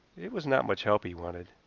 it was not much help he wanted.